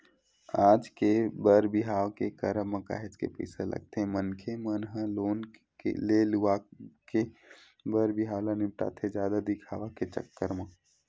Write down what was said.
आज के बर बिहाव के करब म काहेच के पइसा लगथे मनखे मन ह लोन ले लुवा के बर बिहाव ल निपटाथे जादा दिखावा के चक्कर म